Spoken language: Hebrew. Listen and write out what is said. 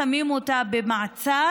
שמים אותה במעצר,